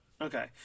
Okay